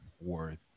Worth